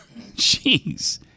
Jeez